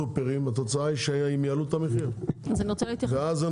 התוצאה היא שהם יעלו את המחירים ואז אנחנו